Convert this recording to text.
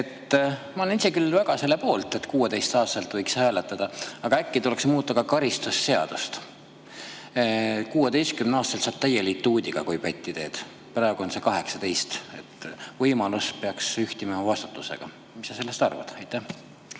Ma olen ise küll väga selle poolt, et 16‑aastaselt võiks hääletada, aga äkki tuleks muuta ka karistusseadust: 16‑aastaselt saad täie lituudiga, kui pätti teed. Praegu saab alates 18. Võimalus peaks ühtima vastutusega. Mis sa sellest arvad? Aitüma!